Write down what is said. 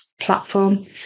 platform